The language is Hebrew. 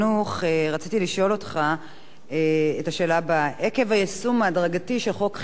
רציתי לשאול אותך את השאלה הבאה: עקב היישום ההדרגתי של חוק חינוך חינם